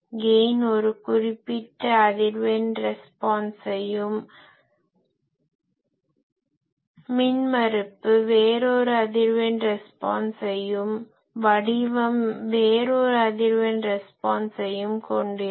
gain ஒரு குறிப்பிட்ட அதிர்வெண் ரெஸ்பான்ஸையும் மின்மறுப்பு வேறொரு அதிர்வெண் ரெஸ்பான்ஸையும் வடிவம் வேறொரு அதிர்வெண் ரெஸ்பான்ஸையும் கொண்டிருக்கும்